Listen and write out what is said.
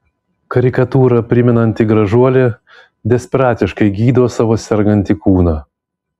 karikatūrą primenanti gražuolė desperatiškai gydo savo sergantį kūną